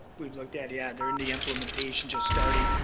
we've looked at, yeah, there in the implementation, just starting.